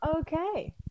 okay